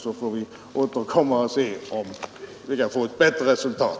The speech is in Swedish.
Sedan får jag kanske återkomma och försöka få ett bättre resultat.